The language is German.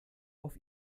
auf